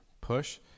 push